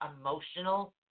emotional